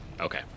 Okay